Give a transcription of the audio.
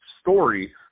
story